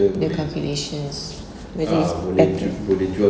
the calculations whether it's better